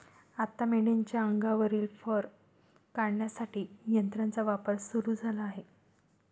आता मेंढीच्या अंगावरील फर काढण्यासाठी यंत्राचा वापर सुरू झाला आहे